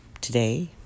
today